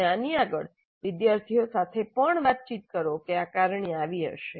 અને આની આગળ વિદ્યાર્થીઓ સાથે પણ વાતચીત કરો કે આકારણી આવી હશે